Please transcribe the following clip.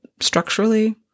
structurally